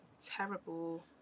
Terrible